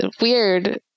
Weird